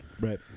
right